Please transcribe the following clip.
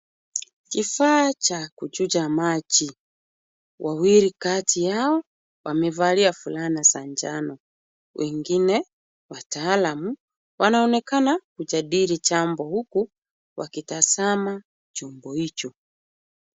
Kifaaa cha kuchuja maji. Wawili kati yao wamevalia fulana za njano. Wengine watalam wanaonekana kujadili jambo huku wakitazama chombo hicho.